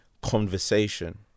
conversation